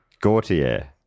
Gautier